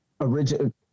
original